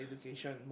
education